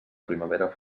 primavera